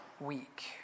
week